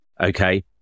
Okay